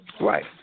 Right